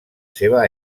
seva